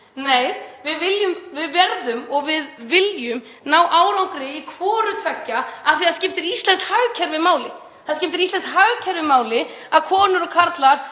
Nei, við viljum og verðum að ná árangri í hvoru tveggja af því það skiptir íslenskt hagkerfi máli. Það skiptir íslenskt hagkerfi máli að konur og karlar